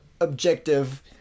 objective